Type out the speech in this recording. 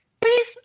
Please